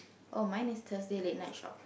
oh mine is Thursday late night shop